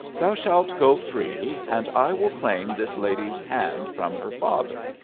thou shalt go free, and i will claim this lady's hand from her father,